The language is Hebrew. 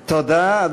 תודה.